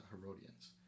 Herodians